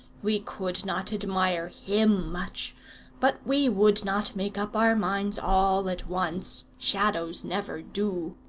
we could not admire him much but we would not make up our minds all at once shadows never do.